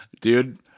Dude